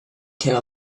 came